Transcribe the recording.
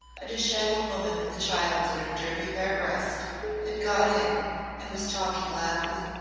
a dishevelled woman with a child at her dirty, bare breast had got in and was talking loudly.